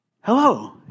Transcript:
Hello